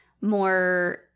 more